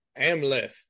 Amleth